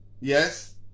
Yes